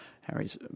Harry's